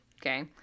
okay